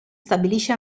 stabilisce